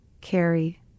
carry